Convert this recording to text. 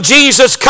Jesus